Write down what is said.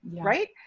right